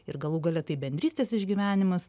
ir galų gale tai bendrystės išgyvenimas